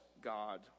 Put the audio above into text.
god